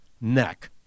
neck